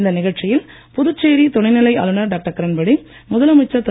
இந்த நிகழ்ச்சியில் புதுச்சேரி துணைநிலை ஆளுநர் டாக்டர் கிரண்பேடி முதலமைச்சர் திரு